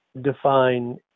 define